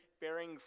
bearing